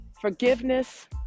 Forgiveness